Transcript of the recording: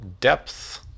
depth